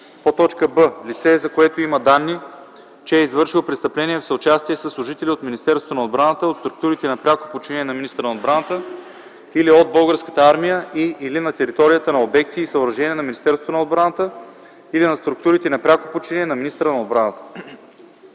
б) лице, за което има данни, че е извършило престъпление в съучастие със служители от Министерството на отбраната, от структурите на пряко подчинение на министъра на отбраната или от Българската армия и/или на територията на обекти и съоръжения на Министерството на отбраната или на структурите на пряко подчинение на министъра на отбраната;